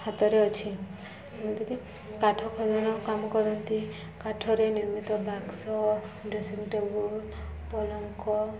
ହାତରେ ଅଛି ଯେମିତିକି କାଠ ଖୋଜଣ କାମ କରନ୍ତି କାଠରେ ନିର୍ମିତ ବାକ୍ସ ଡ୍ରେସିଙ୍ଗ ଟେବୁଲ୍ ପଲଙ୍କ